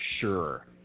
sure